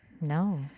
no